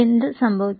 എന്ത് സംഭവിക്കാം